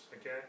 Okay